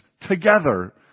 together